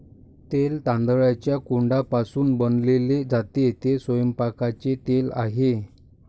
तेल तांदळाच्या कोंडापासून बनवले जाते, ते स्वयंपाकाचे तेल आहे